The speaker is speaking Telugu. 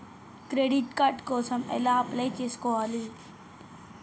క్రెడిట్ కార్డ్ కోసం ఎలా అప్లై చేసుకోవాలి?